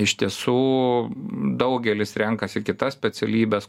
ne iš tiesų daugelis renkasi kitas specialybes